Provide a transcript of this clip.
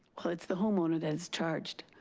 well, it's the homeowner that's charged.